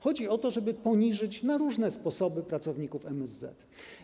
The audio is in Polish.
Chodzi o to, żeby poniżyć na różne sposoby pracowników MSZ.